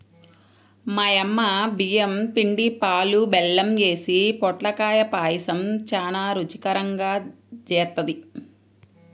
మా యమ్మ బియ్యం పిండి, పాలు, బెల్లం యేసి పొట్లకాయ పాయసం చానా రుచికరంగా జేత్తది